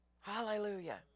Hallelujah